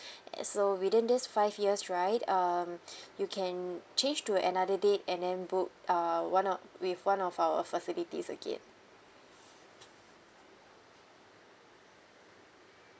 so within this five years right mm you can change to another date and then book uh one of with one of our facilities again